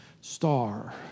star